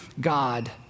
God